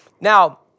now